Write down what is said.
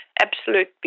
absolute